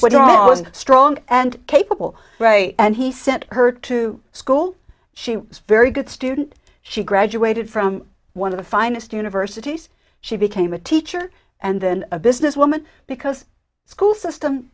those strong and capable and he sent her to school she was very good student she graduated from one of the finest universities she became a teacher and then a businesswoman because school system